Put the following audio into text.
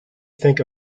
think